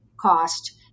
cost